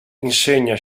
insegna